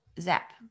zap